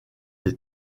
des